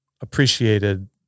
appreciated